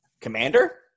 commander